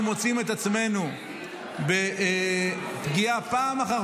אנחנו מוצאים את עצמנו בפגיעה פעם אחר